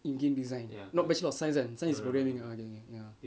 in game design not bachelor of science [one] science is programing ah ya